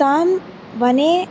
तां वने